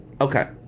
Okay